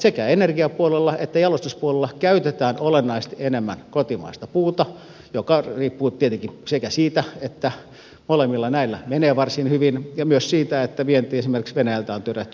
sekä energiapuolella että jalostuspuolella käytetään olennaisesti enemmän kotimaista puuta mikä riippuu tietenkin sekä siitä että molemmilla näillä menee varsin hyvin ja myös siitä että tuonti esimerkiksi venäjältä on tyrehtynyt